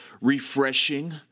refreshing